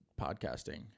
podcasting